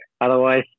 otherwise